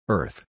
Earth